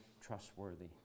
trustworthy